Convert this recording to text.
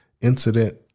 incident